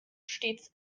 stets